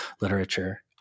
literature